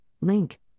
link